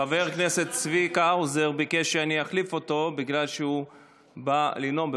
חבר הכנסת צביקה האוזר ביקש שאני אחליף אותו בגלל שהוא בא לנאום.